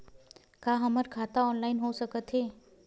का हमर खाता ऑनलाइन हो सकथे?